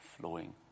flowing